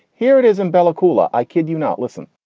here it is. and bella coola. i kid you not listen